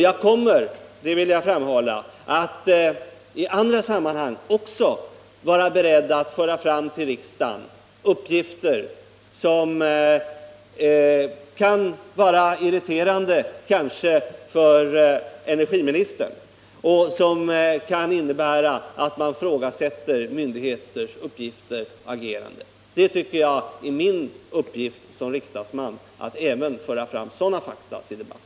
Jag kommer — det vill jag framhålla — att också i andra sammanhang vara beredd att föra fram till riksdagen uppgifter som kanske kan vara irriterande för energiministern och som kan innebära att man ifrågasätter myndigheters uppgifter och agerande. Jag tycker att det är min uppgift som riksdagsman att föra fram även sådana fakta till debatt.